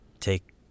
take